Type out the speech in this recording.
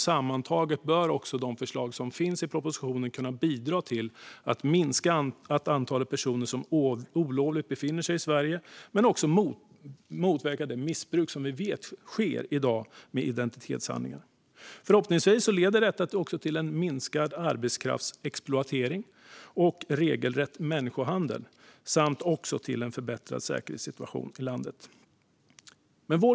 Sammantaget bör de förslag som finns i propositionen kunna bidra till att minska antalet personer som olovligen befinner sig i Sverige och motverka det missbruk av identitetshandlingar som vi vet finns i dag. Förhoppningsvis leder detta till minskad arbetskraftsexploatering och regelrätt människohandel samt till en förbättrad säkerhetssituation i landet.